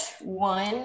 one